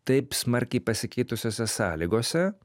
taip smarkiai pasikeitusiose sąlygose